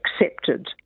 accepted